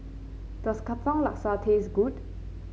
does Katong Laksa taste good